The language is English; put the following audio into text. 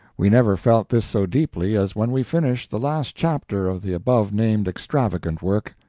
we never felt this so deeply as when we finished the last chapter of the above-named extravagant work.